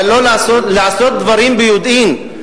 אבל לעשות דברים ביודעין,